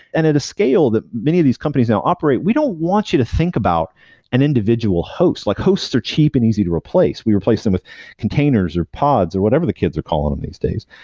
and at a scale that many of these companies now operate, we don't want you to think about an individual host, like hosts are cheap and easy to replace. we replace them with containers, or pods, or whatever the kids are calling them these days.